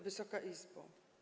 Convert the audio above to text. Wysoka Izbo!